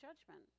judgment